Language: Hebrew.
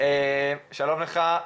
שלום לכולם,